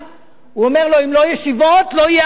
הוא אומר לו: אם לא ישיבות, לא יהיה עם ישראל.